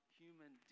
human